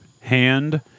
hand